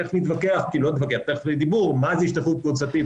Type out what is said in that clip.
תיכף יהיה דיבור מה זה השתייכות קבוצתית,